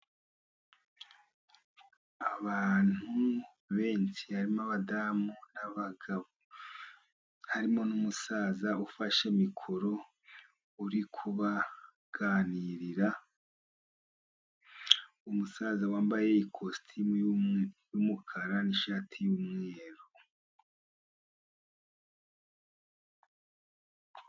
Abantu benshi harimo abadamu n'abagabo, harimo n'umusaza ufashe mikoro uri kubaganirira, umusaza wambaye ikositimu y'umukara n'ishati y'umweru.